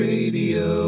Radio